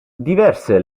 diverse